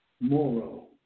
moro